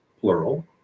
plural